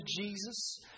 Jesus